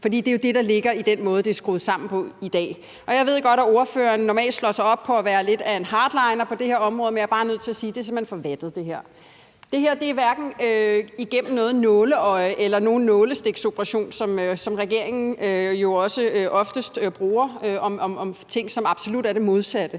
For det er jo det, der ligger i den måde, det er skruet sammen på i dag. Jeg ved godt, at ordføreren normalt slår sig op på at være lidt af en hardliner på det her område, men jeg er bare nødt til at sige, at det her er simpelt hen for vattet. Det her er hverken noget med at komme igennem noget nåleøje eller nogen nålestiksoperation, som regeringen jo oftest bruger for at beskrive ting, som absolut er det modsatte.